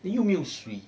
then 又没有水